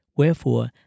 Wherefore